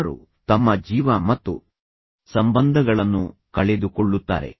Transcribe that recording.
ಜನರು ತಮ್ಮ ಜೀವನ ಮತ್ತು ಸಂಬಂಧಗಳನ್ನು ಕಳೆದುಕೊಳ್ಳುತ್ತಾರೆ